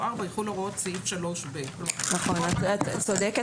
או (4) יחולו הוראות סעיף 3ב". את צודקת.